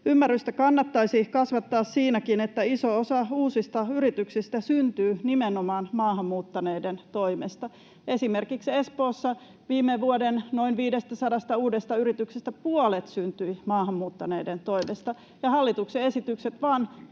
Ymmärrystä kannattaisi kasvattaa siinäkin, että iso osa uusista yrityksistä syntyy nimenomaan maahan muuttaneiden toimesta. Esimerkiksi Espoossa viime vuoden noin 500 uudesta yrityksestä puolet syntyi maahan muuttaneiden toimesta, ja hallituksen esitykset vain